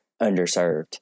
underserved